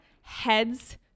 heads